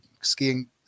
skiing